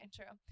True